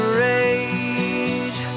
rage